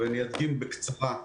אני אגדים בקצרה.